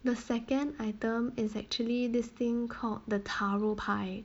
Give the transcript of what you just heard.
the second item is actually this thing called the taro pie